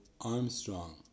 Armstrong